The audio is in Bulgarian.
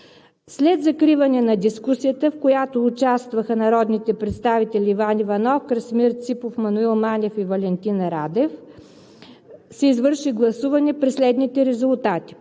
След закриване на дискусията, в която участваха народните представители Иван Иванов, Красимир Ципов, Маноил Манев и Валентин Радев, се извърши гласуване при следните резултати: